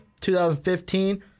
2015